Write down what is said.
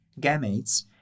gametes